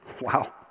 Wow